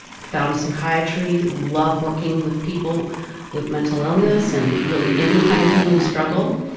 found psychiatry, love working with people with mental illness and really any kind of human struggle.